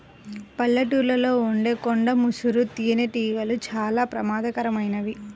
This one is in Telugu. పల్లెటూళ్ళలో ఉండే కొండ ముసురు తేనెటీగలు చాలా ప్రమాదకరమైనవి